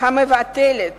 המבטלת